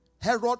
Herod